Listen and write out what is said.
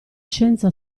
scienza